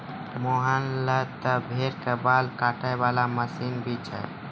मोहन लॅ त भेड़ के बाल काटै वाला मशीन भी छै